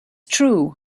true